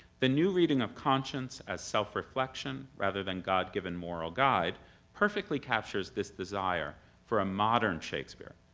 the new reading of conscience as self-reflection rather than god-given moral guide perfectly captures this desire for a modern shakespeare,